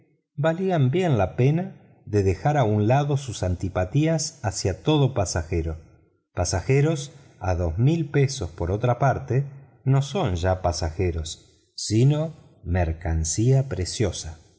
valían bien la pena de dejar a un lado sus antipatías hacia todo pasajero pasajeros a dos mil dólares por otra parte no son ya pasajeros sino mercancía preciosa